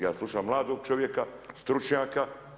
Ja slušam mladog čovjeka stručnjaka.